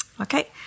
Okay